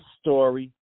story